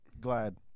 Glad